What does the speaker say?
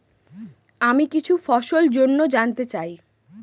আমি কিছু ফসল জন্য জানতে চাই